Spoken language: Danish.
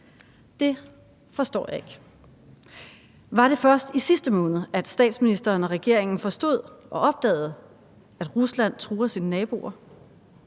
Det forstår jeg ikke. Var det først i sidste måned, at statsministeren og regeringen forstod og opdagede, at Rusland truer sine naboer?